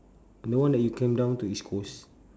the one that you came down to east coast